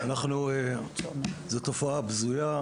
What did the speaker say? זו תופעה בזויה.